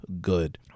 good